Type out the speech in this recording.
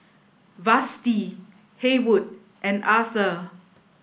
Vashti Haywood and Arthur